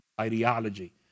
ideology